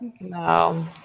no